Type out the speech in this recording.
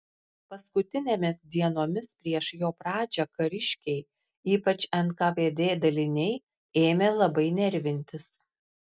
paskutinėmis dienomis prieš jo pradžią kariškiai ypač nkvd daliniai ėmė labai nervintis